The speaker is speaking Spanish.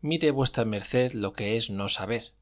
mire v md lo que es no saber